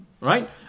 Right